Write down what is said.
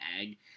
egg